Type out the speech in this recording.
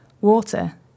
Water